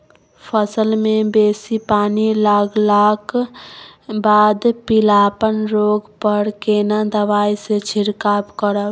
फसल मे बेसी पानी लागलाक बाद पीलापन रोग पर केना दबाई से छिरकाव करब?